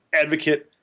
advocate